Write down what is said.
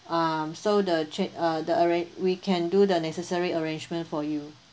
um so the chan~ uh the arrang~ we can do the necessary arrangement for you